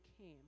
came